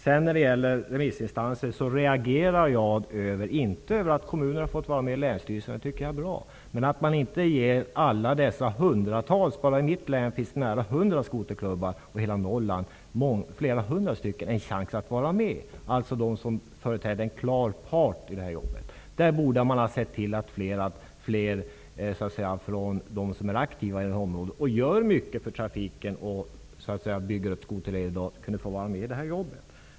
Vad gäller val av remissinstanser reagerar jag inte över att kommunerna och länsstyrelserna har fått vara med. Det tycker jag är bra. Det jag reagerar över är att man inte ger alla hundratals skoterklubbar en chans att vara med. Bara i mitt län finns det nära hundra skoterklubbar, och i hela Norrland finns det flera hundra stycken. De företräder en klar part. Man borde ha sett till att fler aktiva, som gör mycket för trafiken och bygger upp skoterleder, kunde få vara med i jobbet.